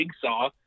Jigsaw